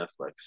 Netflix